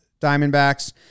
Diamondbacks